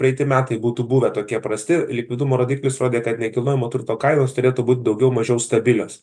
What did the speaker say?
praeiti metai būtų buvę tokie prasti likvidumo rodiklis rodė kad nekilnojamo turto kainos turėtų būt daugiau mažiau stabilios